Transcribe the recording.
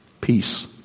Peace